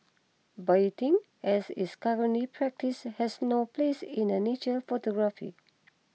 baiting as it's currently practised has no place in a nature photography